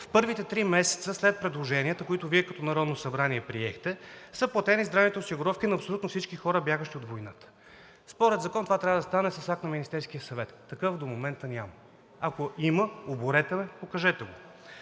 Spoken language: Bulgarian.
„В първите три месеца след предложенията, които Вие като Народно събрание приехте, са платени здравните осигуровки на абсолютно всички хора, бягащи от войната.“ Според Закона това трябва да стане с акт на Министерския съвет. Такъв до момента няма. Ако има, оборете ме, покажете го.